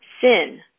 Sin